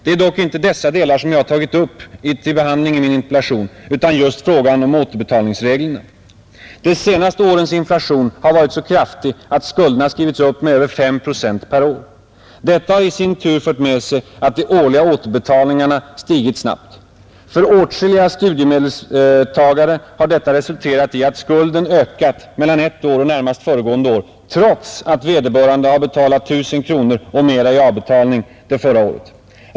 Det är dock inte dessa delar som jag har tagit upp till behandling i min interpellation utan just frågan om återbetalningsreglerna. De senaste årens inflation har varit så kraftig att skulderna skrivits upp med över 5 procent per år. Detta har i sin tur fört med sig att de årliga återbetalningarna stigit snabbt. För åtskilliga studiemedelstagare har detta resulterat i att skulden ökat mellan ett år och närmast föregående år trots att vederbörande har betalat 1 000 kronor och mera i avbetalning det förra året.